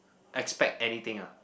expect anything lah